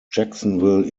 jacksonville